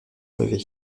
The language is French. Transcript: lever